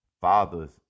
Father's